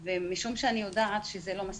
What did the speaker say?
אני יודעת שזה לא מספיק.